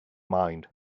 mind